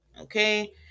Okay